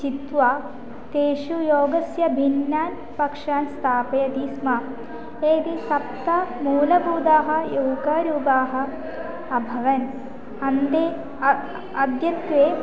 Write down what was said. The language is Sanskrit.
छित्वा तेषु योगस्य भिन्नान् पक्षान् स्थापयति स्म यदि सप्तमूलभूताः योगारूपाणि अभवन् अन्ते अद्यत्वे